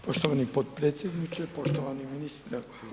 Poštovani potpredsjedniče, poštovani ministre.